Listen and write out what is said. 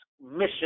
mission